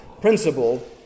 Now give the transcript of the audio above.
principle